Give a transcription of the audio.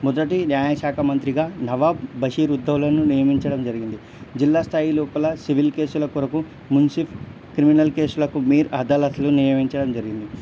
మొదటి న్యాయశాఖ మంత్రిగా నవాబ్ బషీరుద్దౌలాను నియమించడం జరిగింది జిల్లా స్థాయి లోపల సివిల్ కేసుల కొరకు మున్సిబ్ క్రిమినల్ కేసులకు మీర్ అదాలత్లు నియమించడం జరిగింది